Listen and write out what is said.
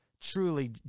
truly